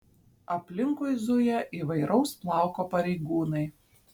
aplinkui zuja įvairaus plauko pareigūnai